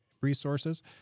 resources